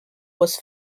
was